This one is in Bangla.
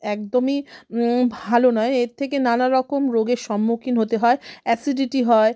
একদমই ভালো নয় এর থেকে নানা রকম রোগের সম্মুখীন হতে হয় অ্যাসিডিটি হয়